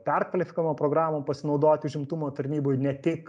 perkvalifkavimo programom pasinaudoti užimtumo tarnyboj ne tik